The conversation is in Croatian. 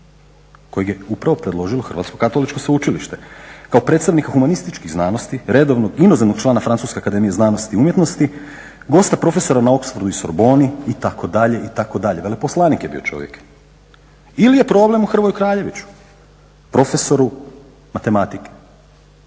kojeg je upravo predložilo Hrvatsko katoličko sveučilište kao predstavnika humanističkih znanosti redovnog inozemnog člana Francuske akademije znanosti i umjetnosti, gosta profesora na Oxfordu i Sorboni itd. veleposlanik je bio čovjek. Ili je problem u Hrvoju Kraljeviću, profesoru matematike